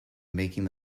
making